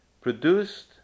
produced